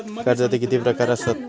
कर्जाचे किती प्रकार असात?